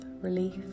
relief